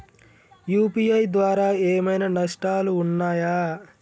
UPI ద్వారా ఏమైనా నష్టాలు ఉన్నయా?